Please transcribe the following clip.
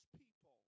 people